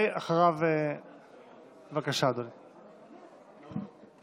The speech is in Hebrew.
בבקשה, אדוני.